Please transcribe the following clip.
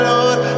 Lord